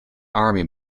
army